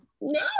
no